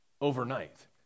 overnight